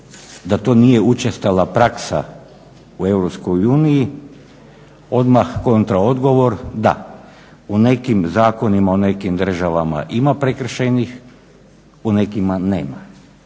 da to nije učestala praksa u Europskoj uniji odmah kontra odgovor da, u nekim zakonima, u nekim državama ima prekršajnih, u nekima nema